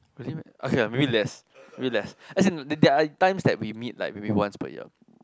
okay lah maybe less maybe less as in there are time like we meet maybe once per year